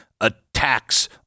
attacks